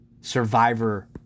Survivor